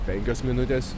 penkios minutės